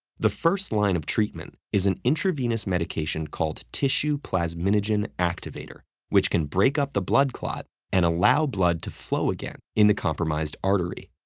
the first line of treatment is an intravenous medication called tissue plasminogen activator, which can break up the blood clot and allow blood to flow again in the compromised artery.